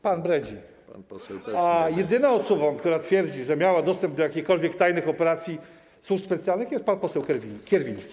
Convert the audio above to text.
Pan bredzi, a jedyną osobą, która twierdzi, że miała dostęp do jakichkolwiek tajnych operacji służb specjalnych, jest pan poseł Kierwiński.